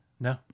No